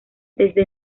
desde